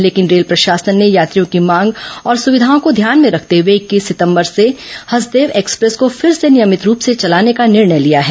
लेकिन रेल प्रशासन ने यात्रियों की मांग और सुविधाओं को ध्यान में रखते हुए इक्कीस सितंबर से हसदेव एक्सप्रेस को फिर से नियमित रूप से चलाने का निर्णय लिया है